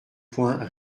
point